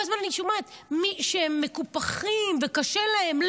כל הזמן אני שומעת שהם מקופחים וקשה להם,